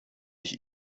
ich